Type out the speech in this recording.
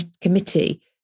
committee